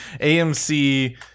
AMC